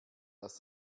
das